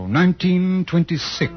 1926